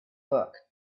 book